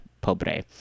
Pobre